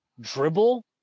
dribble